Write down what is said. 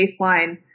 baseline